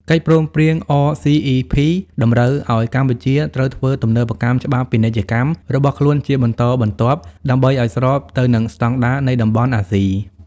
កិច្ចព្រមព្រៀង RCEP តម្រូវឱ្យកម្ពុជាត្រូវធ្វើទំនើបកម្មច្បាប់ពាណិជ្ជកម្មរបស់ខ្លួនជាបន្តបន្ទាប់ ដើម្បីឱ្យស្របទៅនឹងស្ដង់ដារនៃតំបន់អាស៊ី។